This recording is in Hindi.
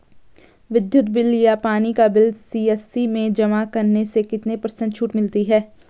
विद्युत बिल या पानी का बिल सी.एस.सी में जमा करने से कितने पर्सेंट छूट मिलती है?